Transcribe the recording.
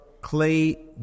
clay